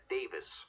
Davis